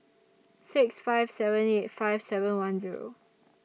six five seven eight five seven one Zero